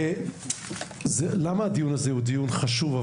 והדיון הזה הוא חשוב,